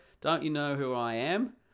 don't-you-know-who-I-am